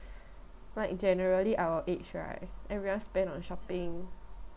right generally our age right everyone spend on shopping